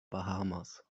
bahamas